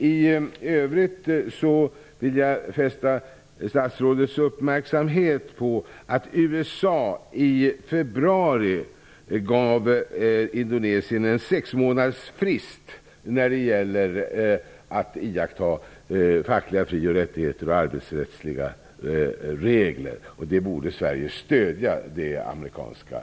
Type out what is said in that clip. I övrigt vill jag fästa statsrådets uppmärksamhet på det faktum att USA i februari gav Indonesien en sexmånadersfrist när det gäller att iaktta fackliga fri ochrättigheter och arbetsrättsliga regler. Detta amerikanska agerande borde Sverige stödja.